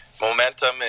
Momentum